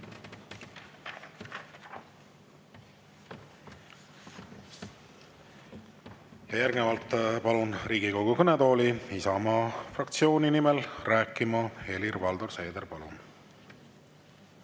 Järgnevalt palun Riigikogu kõnetooli Isamaa fraktsiooni nimel rääkima Helir-Valdor Seederi. Palun!